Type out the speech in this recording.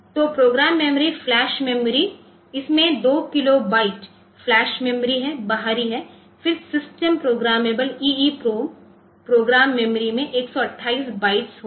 तो program memory flash memory इसमें 2 kilobyte flash memory है बाहरी है फिर system programmable EEPROM program memory में 128 बाइट्स होंगे